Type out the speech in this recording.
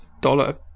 dollar